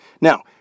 Now